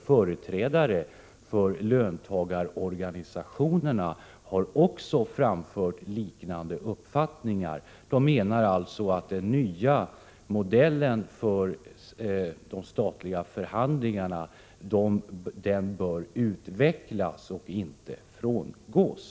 Företrädare för löntagarorganisationerna har framfört liknande uppfattningar. Man menar alltså att den nya modellen för de statliga förhandlingarna bör utvecklas och inte frångås.